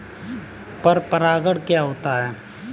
पर परागण क्या होता है?